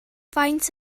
faint